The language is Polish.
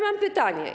Mam pytanie.